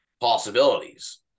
possibilities